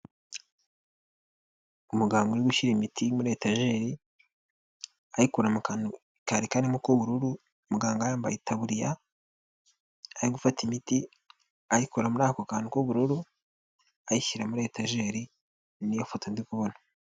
Umuganga uri gushyira imiti muri kabati ayikura mu kantu k'ubururu kandi muganga yambaye itaburiya nziza ari gufata imiti ayikura muri ako kantu k'ubururu ayishyira muri kakabati.